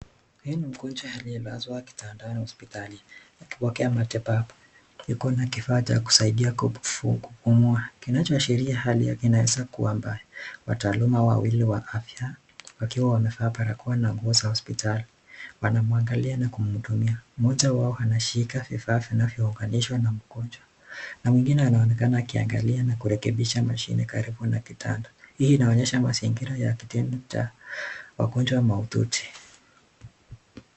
Huyu ni mgojwa aliyelazwa kitandani hospitali, akipokea matibabu. Yuko na kifaa cha kusaidia kupumua, kinachoashiria kuwa hali yake inaweza kuwa mbaya. Wataaluma wawili wa afya wakiwa wamevaa barakoa na nguo za hospitali wanamwangalia na kumhudumia. Mmoja wao anashika vifaa vinavyounganishwa na mgonjwa, mwengine anaonekana akiangali na kurekebisha mashine karibu na kitanda. Hii inaonyesha mazingira ya kitengo cha wagonjwa mahututi.